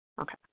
Okay